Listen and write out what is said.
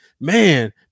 man